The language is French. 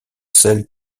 celles